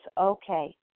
okay